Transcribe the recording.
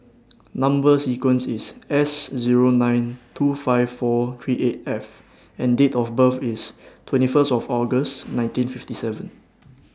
Number sequence IS S Zero nine two five four three eight F and Date of birth IS twenty First of August nineteen fifty seven